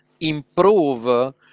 improve